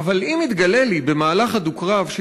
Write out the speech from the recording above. אבל.../ אם יתגלה לי/ במהלך הדו-קרב/